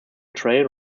trail